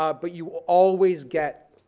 ah but you always get,